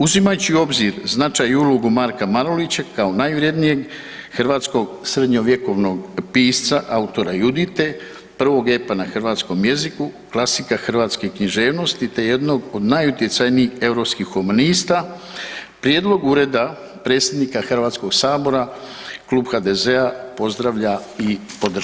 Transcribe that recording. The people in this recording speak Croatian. Uzimajući u obzir značaj i ulogu Marka Marulića kao najvrjednijeg hrvatskog srednjovjekovnog pisca, autora „Judite“, prvog epa na hrvatskom jeziku, klasika hrvatske književnosti te jednog od najutjecajnijih europskih humanista, prijedlog Ureda predsjednika Hrvatskog sabora, klub HDZ-a pozdravlja i podržava.